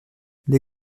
les